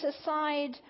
aside